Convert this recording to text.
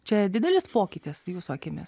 čia didelis pokytis jūsų akimis